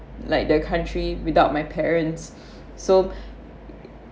like the country without my parents so